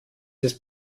ist